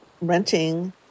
renting